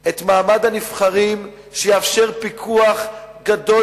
את מעמד הנבחרים כדי שיתאפשר פיקוח גדול